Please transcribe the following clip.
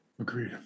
Agreed